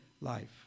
life